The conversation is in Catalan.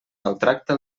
maltracta